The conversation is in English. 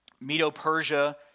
Medo-Persia